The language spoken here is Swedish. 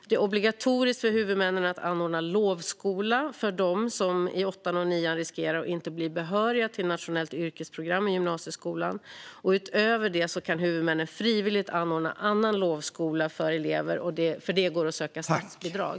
Det är obligatoriskt för huvudmännen att anordna lovskola för dem som i årskurs 8 och årskurs 9 riskerar att inte bli behöriga till nationellt yrkesprogram i gymnasieskolan. Utöver det kan huvudmännen frivilligt anordna annan lovskola för elever. För detta går det att söka statsbidrag.